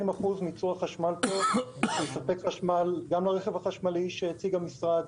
70% מייצור החשמל פה שיספק חשמל גם לרכב החשמלי שהציג המשרד,